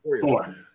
Four